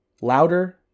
louder